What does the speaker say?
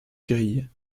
grilles